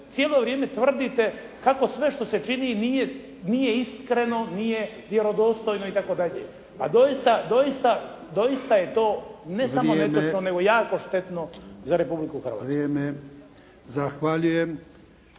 cijelo vrijeme tvrdite kako sve što se čini nije iskreno, nije vjerodostojno itd., a doista je to … nego jako štetno za Republiku Hrvatsku.